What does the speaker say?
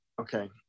Okay